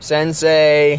Sensei